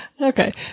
Okay